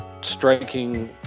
striking